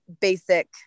basic